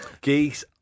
geese